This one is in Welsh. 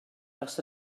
dros